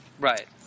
right